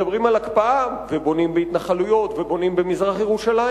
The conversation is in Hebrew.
מדברים על הקפאה ובונים בהתנחלויות ובונים במזרח-ירושלים.